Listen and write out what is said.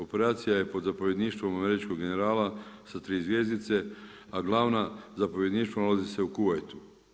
Operacija je pod zapovjedništvom američkog generala sa tri zvjezdice, a glavno zapovjedništvo nalazi se u Kuvajtu.